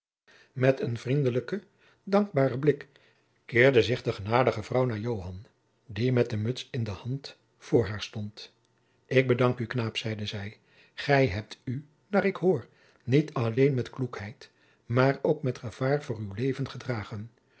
met een vriendelijken dankbaren blik keerde zich de genadige vrouw naar joan die met de muts in de hand voor haar stond ik bedank u jacob van lennep de pleegzoon knaap zeide zij gij hebt u naar ik hoor niet alleen met kloekheid maar ook met gevaar van uw leven gedragen